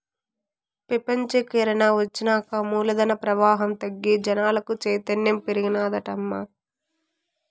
పెపంచీకరన ఒచ్చినాక మూలధన ప్రవాహం తగ్గి జనాలకు చైతన్యం పెరిగినాదటమ్మా